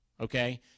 okay